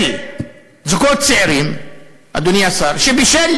זוגות צעירים, אדוני השר, שבשל